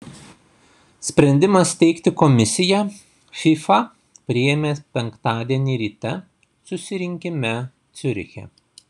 sprendimą steigti komisiją fifa priėmė penktadienį ryte susirinkime ciuriche